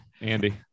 Andy